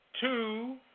two